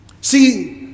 See